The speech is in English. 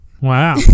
Wow